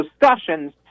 discussions